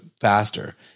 faster